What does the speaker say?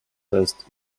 test